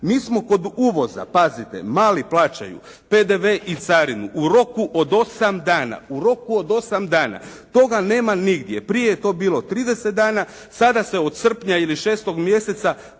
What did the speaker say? Mi smo kod uvoza, pazite, mali plaćaju PDV i carinu, u roku od 8 dana, u roku od 8 dana, prije je to bilo 30 dana, sada se od srpnja ili 6 mjeseca